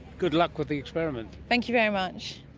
good luck with the experiment. thank you very much.